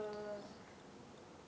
err